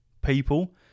people